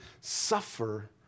suffer